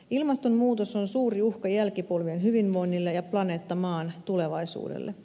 ilmastonmuutos on suuri uhka jälkipolvien hyvinvoinnille ja planeetta maan tulevaisuudelle